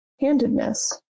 Handedness